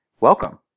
Welcome